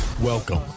Welcome